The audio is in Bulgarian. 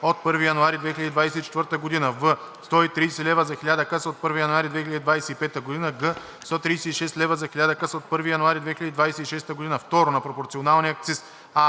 от 1 януари 2024 г.; в) 130 лв. за 1000 къса от 1 януари 2025 г.; г) 136 лв. за 1000 къса от 1 януари 2026 г.; 2. на пропорционалния акциз: